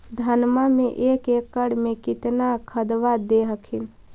धनमा मे एक एकड़ मे कितना खदबा दे हखिन?